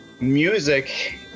Music